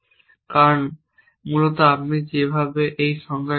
কারণ মূলত আপনি যেভাবে সেখানে সংজ্ঞায়িত করেছেন